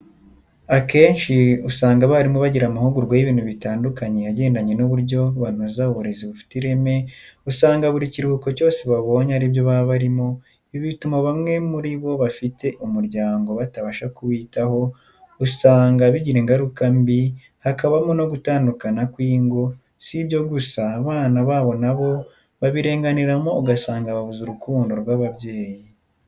Akenshi usanga abarimu bagira amahugurwa y'ibintu bitandukanye agendanye n'uburyo banoza uburezi bufite ireme, usanga buri kiruhuko cyose babonye ari byo baba barimo, ibi bituma bamwe muri bo bafite umuryango batabasha kuwitaho, usanga bigira ingaruka mbi hakabamo no gutandukana kw'ingo, si ibyo gusa abana babo na bo babirenganiramo ugasanga babuze urukundo rw'ababyeyi.